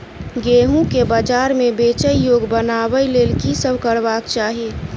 गेंहूँ केँ बजार मे बेचै योग्य बनाबय लेल की सब करबाक चाहि?